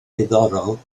diddorol